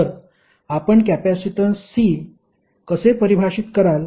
तर आपण capacitance C कसे परिभाषित कराल